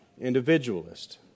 individualist